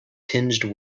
tinged